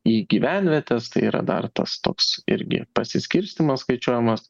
į gyvenvietes tai yra dar tas toks irgi pasiskirstymas skaičiuojamas